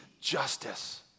justice